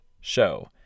show